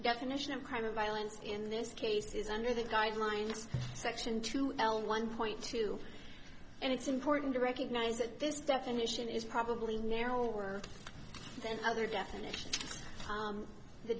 national crime of violence in this case is under the guidelines section two l one point two and it's important to recognize that this definition is probably narrower than other definitions of the